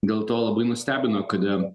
dėl to labai nustebino kada